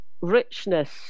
richness